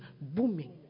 booming